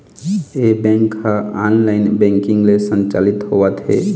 ए bank ह online banking ले संचालित होवत हे